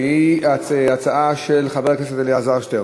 שהיא הצעה של חבר הכנסת אלעזר שטרן: